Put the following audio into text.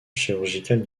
chirurgicale